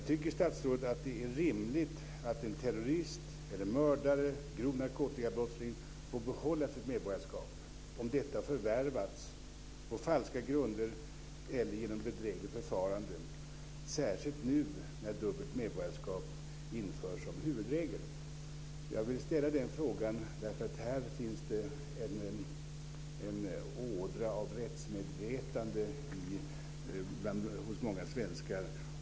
Tycker statsrådet att det är rimligt att en terrorist, mördare eller grov narkotikabrottsling får behålla sitt medborgarskap om detta förvärvats på falska grunder eller genom bedrägligt förfarande, särskilt nu när dubbelt medborgarskap införs som huvudregel? Jag vill ställa den frågan eftersom det här finns en ådra av rättsmedvetande hos många svenskar.